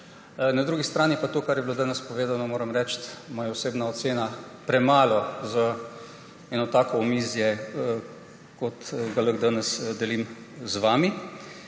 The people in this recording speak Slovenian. Na drugi strani pa to, kar je bilo danes povedano – moram reči, moja osebna ocena, premalo za eno tako omizje, kot ga lahko danes delim z vami.